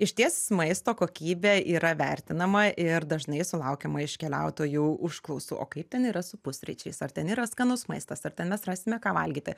išties maisto kokybė yra vertinama ir dažnai sulaukiama iš keliautojų užklausų o kaip ten yra su pusryčiais ar ten yra skanus maistas ar ten mes rasime ką valgyti